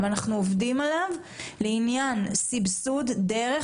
אנחנו עובדים על זה כדי שיהיה סבסוד דרך